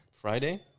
Friday